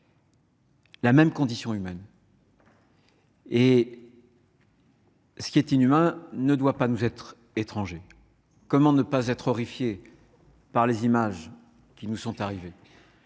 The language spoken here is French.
la même condition humaine. Ce qui est inhumain ne doit pas nous être étranger. Comment ne pas être horrifié par les images qui nous sont parvenues ?